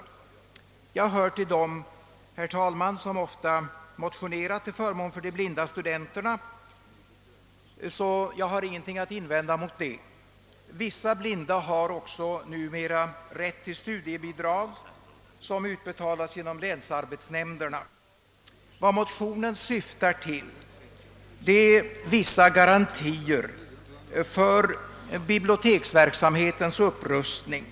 Eftersom jag hör till dem som ofta har motionerat till förmån för de blinda studenterna har jag ingenting att invända mot detta bidrag. Vissa blinda har också numera rätt till studiebidrag som utbetalas genom länsarbetsnämnderna. Vad motionen syftar till är att ge vissa garantier för biblioteksverksamhetens upprustning.